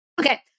Okay